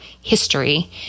history